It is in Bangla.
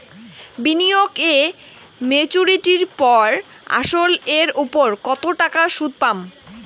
বিনিয়োগ এ মেচুরিটির পর আসল এর উপর কতো টাকা সুদ পাম?